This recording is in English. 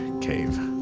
cave